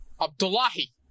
Abdullahi